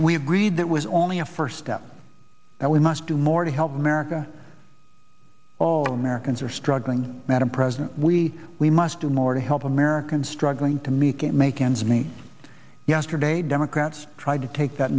agreed that was only a first step that we must do more to help america all americans are struggling madam president we we must do more to help americans struggling to meet can't make ends meet yesterday democrats tried to take that